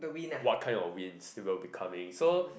what kind of winds will be coming so